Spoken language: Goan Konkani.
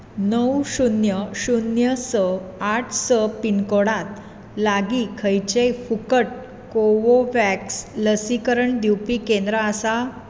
णव शून्य शून्य स आठ स पिनकोडांत लागीं खंयचेंय फुकट कोवोव्हॅक्स लसीकरण दिवपी केंद्र आसा